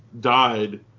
died